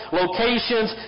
locations